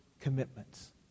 commitments